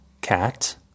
cat